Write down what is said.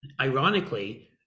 Ironically